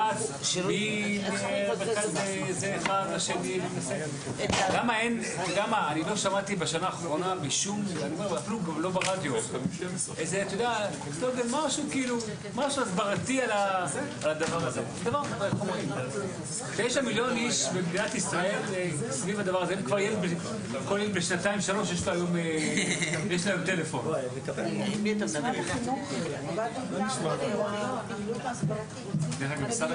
16:02.